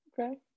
Okay